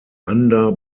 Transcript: under